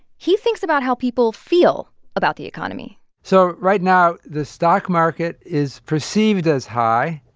he thinks about how people feel about the economy so right now the stock market is perceived as high.